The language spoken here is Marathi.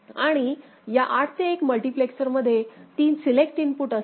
आणि या 8 ते 1 मल्टिप्लेक्सरमध्ये 3 सिलेक्ट इनपुट असतील